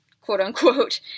quote-unquote